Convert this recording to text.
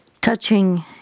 touching